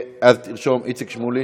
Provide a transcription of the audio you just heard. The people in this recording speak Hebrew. אז תרשום: איציק שמולי,